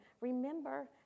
Remember